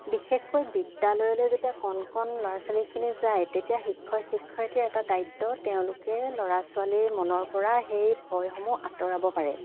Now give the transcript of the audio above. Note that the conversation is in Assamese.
বিশেষকৈ বিদ্যালয়লৈ যেতিয়া কণ কণ ল'ৰা ছোৱালীখিনি যায় তেতিয়া শিক্ষক শিক্ষয়িত্ৰীয়ে এটা দায়িত্ব তেওঁলোকে ল'ৰা ছোৱালীৰ মনৰপৰা সেই ভয়সমূহ আঁতৰাব পাৰে